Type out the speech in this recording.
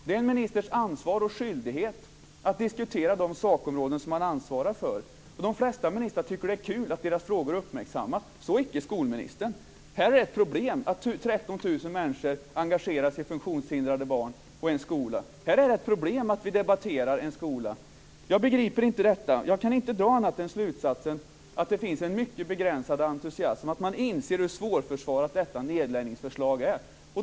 Det är en ministers ansvar och skyldighet att diskutera de sakfrågor som man ansvarar för. De flesta ministrar tycker att det är kul att deras frågor uppmärksammas, så icke skolministern. Här är det ett problem att 13 000 människor engagerar sig i funktionshindrade barn och en skola. Här är det ett problem att vi debatterar en skola. Jag begriper inte detta. Jag kan inte annat än dra slutsatsen att det finns en mycket begränsad entusiasm och att man inser hur svårförsvarat detta nedläggningsförslag är.